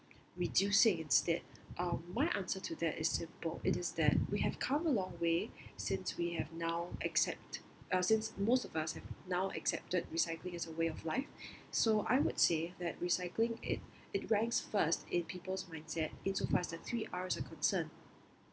reducing instead um my answer to that is simple it is that we have come a long way since we have now accept uh since most of us now accepted recycling as a way of life so I would say that recycling it it ranks first in people's mindset in so far as the three Rs are concerned